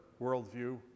worldview